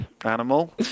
Animal